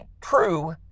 true